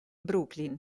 brooklyn